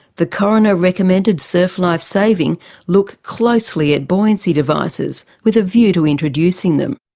the coroner recommended surf life saving look closely at buoyancy devices, with a view to introducing them.